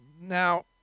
now